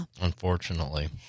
Unfortunately